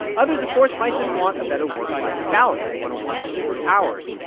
others, of course, might just want a better work-life balance. they want to work fewer hours.